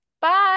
Bye